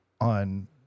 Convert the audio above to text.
on